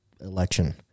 election